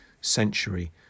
century